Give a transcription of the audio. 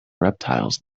reptiles